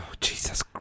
Jesus